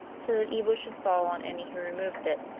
so that evil should fall on any who removed it